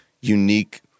unique